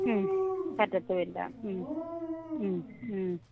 മ്മ് പറ്റത്തും ഇല്ല മ്മ് മ്മ് മ്മ്